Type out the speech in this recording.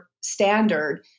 standard